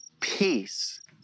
peace